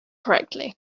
correctly